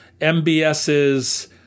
MBS's